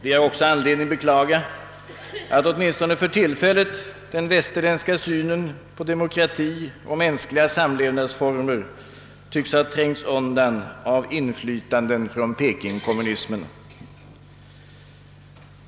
Vi har också anledning att beklaga att åtminstone för tillfället den västerländska synen på demokrati och mänskliga samlevnadsformer tycks ha trängts undan av inflytanden från pekingkommunismen.